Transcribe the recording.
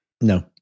No